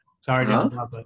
Sorry